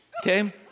Okay